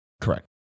Correct